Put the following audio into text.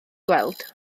gweld